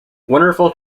wonderful